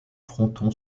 fronton